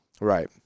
Right